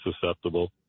susceptible